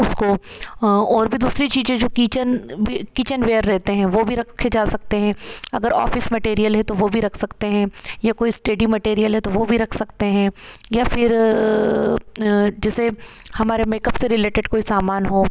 उसको और भी दूसरी चीज़ें जो किचन किचन वेयर रहते हैं वो भी रखे जा सकते हैं अगर ऑफ़िस मैटीरियल है तो वो भी रख सकते हैं या कोई इस्टेडी मैटीरियल है तो वो भी रख सकते हैं या फिर जैसे हमारे मेकअप से रिलेटेड कोई सामान हो